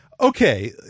okay